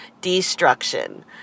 destruction